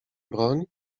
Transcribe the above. broń